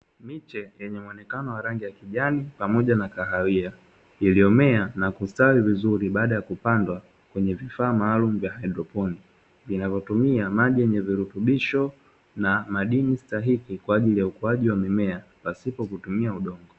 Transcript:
Miche yenye muonekano wa rangi ya kijani pamoja na kahawia, iliyomea na kustawi vizuri baada ya kupandwa kwenye vifaa maalum, kiitwacho hydroponia vinavyotumia maji yenye virutubisho na madini stahiki kwa ajili ya ukuaji wa mimea pasipo kutumia udogo.